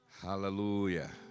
Hallelujah